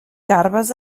garbes